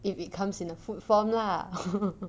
if it comes in a food form lah